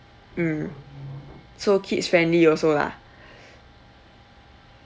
mm so kids friendly also lah